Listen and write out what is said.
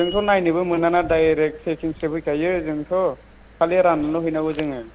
जोंथ' नायनोबो मोना ना डाइरेक्ट पेकिंसो फैखायो जोंथ' खालि राननानैल' हैनांगौ जोङो